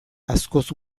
askoz